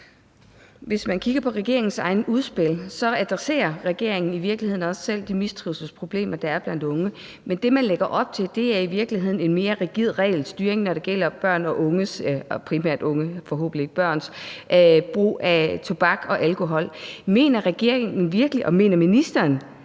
Hvis man kigger på regeringens egne udspil, ser man, at regeringen i virkeligheden også selv adresserer de mistrivselsproblemer, der er blandt unge, men det, man lægger op til, er i virkeligheden en mere rigid regelstyring, når det gælder børn og unge, altså primært unges, forhåbentlig ikke børns,